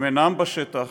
הם אינם בשטח.